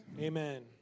Amen